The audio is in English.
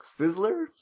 Sizzler